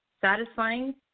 satisfying